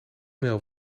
mail